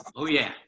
oh, yeah.